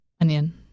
Onion